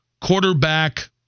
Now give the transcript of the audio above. quarterback